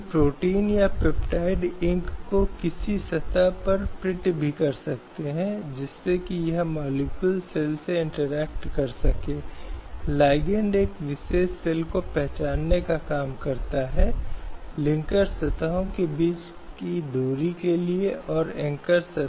इस प्रकार ये कुछ ऐसे लेख हैं जो महिलाओं के पक्ष में सकारात्मक भेदभाव को छोड़कर समानता सुनिश्चित करते हैं और लैंगिक भेदभाव को रोकते हैं